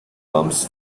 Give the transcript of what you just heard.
comes